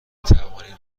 توانید